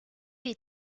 les